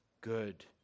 good